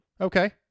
Okay